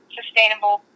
sustainable